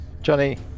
Johnny